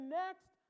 next